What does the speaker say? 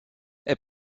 est